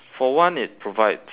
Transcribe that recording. for one it provides